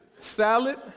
salad